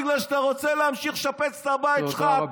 בגלל שאתה רוצה להמשיך לשפץ את הבית שלך,